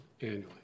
annually